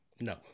No